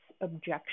objection